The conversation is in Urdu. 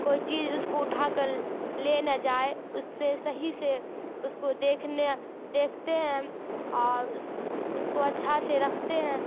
کوئی چیز اس کو اٹھا کر لے نہ جائے اس سے صحیح سے اس کو دیکھنے دیکھتے ہیں اور اس اس کو اچھا سے رکھتے ہیں